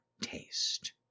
taste